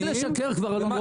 תפסיק לשקר כבר.